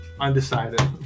Undecided